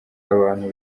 abantu